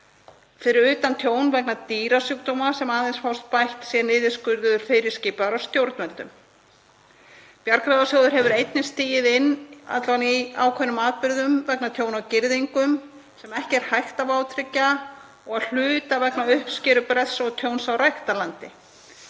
fyrir utan tjón vegna dýrasjúkdóma sem aðeins fæst bætt sé niðurskurður fyrirskipaður af stjórnvöldum. Bjargráðasjóður hefur einnig stigið inn, alla vega í ákveðnum atburðum, vegna tjóna á girðingum sem ekki er hægt að vátryggja og að hluta vegna uppskerubrests og tjóns á ræktarlandi.